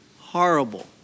horrible